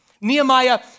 Nehemiah